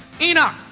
Enoch